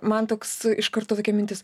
man toks iš karto tokia mintis